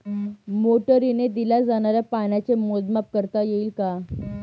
मोटरीने दिल्या जाणाऱ्या पाण्याचे मोजमाप करता येईल का?